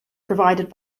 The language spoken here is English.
provided